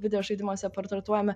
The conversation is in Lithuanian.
videožaidimuose portratuojami